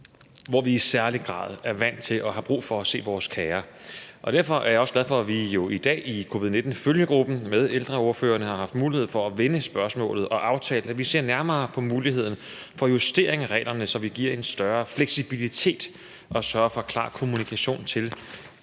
hvor vi i særlig grad er vant til og har brug for at se vores kære. Derfor er jeg også glad for, at vi i dag i covid-19-følgegruppen har haft mulighed for at vende spørgsmålet med ældreordførerne og aftale, at vi ser nærmere på muligheden for justering af reglerne, så vi giver en større fleksibilitet og sørger for klar kommunikation til